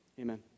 amen